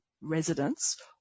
residents